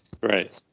Right